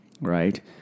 Right